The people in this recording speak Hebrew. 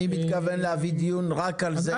אני מתכוון להביא דיון רק על זה אבל